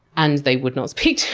and they would not speak to